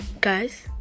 guys